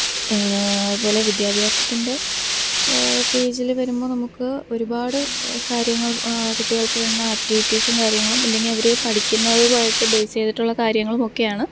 അതുപോലെ വിദ്യാഭ്യാസത്തിന്റെ പേജിൽ വരുമ്പം നമുക്ക് ഒരുപാട് കാര്യങ്ങള് കുട്ടികള്ക്ക് വേണ്ടുന്ന ആക്റ്റിവിറ്റീസും കാര്യങ്ങളും ഇല്ലെങ്കില് അവർ പഠിക്കുന്നതുമായിട്ട് ബേയ്സ് ചെയ്തിട്ടുള്ള കാര്യങ്ങളുമൊക്കെയാണ്